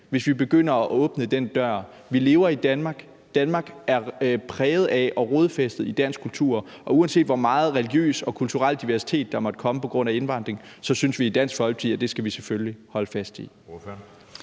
hvis vi begynder at åbne den dør. Vi lever i Danmark. Danmark er præget af og rodfæstet i dansk kultur, og uanset hvor meget religiøs og kulturel diversitet der måtte komme på grund af indvandring, så synes vi i Dansk Folkeparti, at det skal vi selvfølgelig holdt fast i.